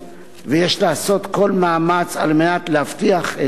ויש לעשות כל מאמץ כדי להבטיח את המשך